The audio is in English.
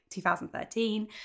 2013